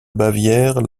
bavière